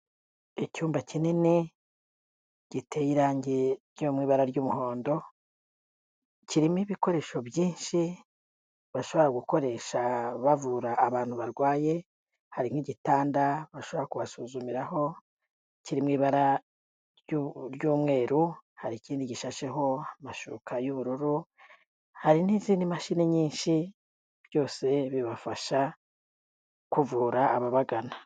Icyumba kinini giteye irangi ryo mu ibara ry'umuhondo, kirimo ibikoresho byinshi bashobora gukoresha bavura abantu barwaye, hari nk'igitanda bashobora kubasuzumiraho kiri mu ibara ry'umweru, hari ikindi gishasheho amashuka y'ubururu, hari n'izindi mashini nyinshi byose bibafasha kuvura ababagana.